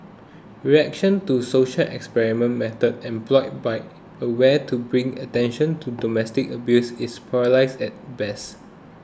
reaction to social experiment method employed by aware to bring attention to domestic abuse is polarised at best